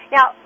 Now